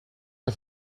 der